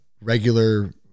regular